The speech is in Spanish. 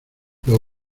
los